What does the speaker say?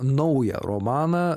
naują romaną